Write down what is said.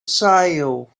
sale